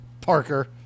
Parker